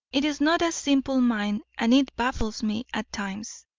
it is not a simple mind and it baffles me at times.